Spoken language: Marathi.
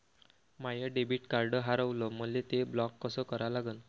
माय डेबिट कार्ड हारवलं, मले ते ब्लॉक कस करा लागन?